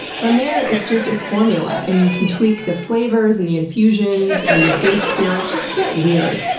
from there it's just a formula and you can tweak the flavors and the infusions and the base spirit. just get weird.